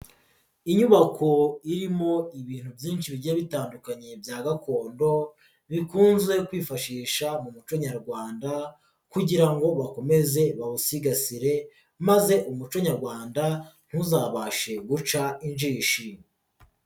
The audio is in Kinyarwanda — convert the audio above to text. Inyubako irimo ibintu byinshi bigiye bitandukanye bya gakondo bikunze kwifashisha mu muco nyarwanda kugira ngo bakomeze bawusigasire maze umuco nyarwanda ntuzabashe guca injishi.